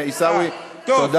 עיסאווי, תודה.